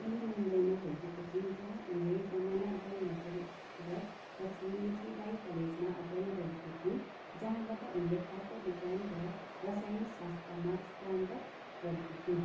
उनी मुम्बईमा हुर्केकी थिइन् जहाँ उनले जमनाबाई नर्सी स्कुलर पछि मिठीबाई कलेजमा अध्ययन गरेकी थिइन् जहाँबाट उनले खाद्य विज्ञान र रसायन शास्त्रमा स्नातक गरेकी थिइन्